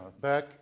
back